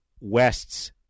West's